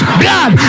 blood